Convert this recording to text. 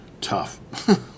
tough